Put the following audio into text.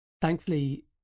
thankfully